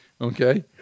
Okay